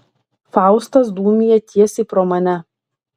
faustas dūmija tiesiai pro mane